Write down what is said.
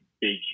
big